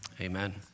Amen